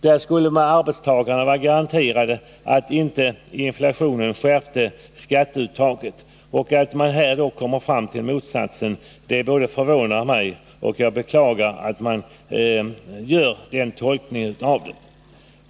Där skulle arbetstagarna vara garanterade att inflationen inte skärpte skatteuttaget. Att man här kommer fram till motsatsen förvånar mig, och jag beklagar att man gör den tolkningen.